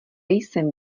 jsem